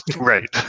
Right